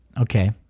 Okay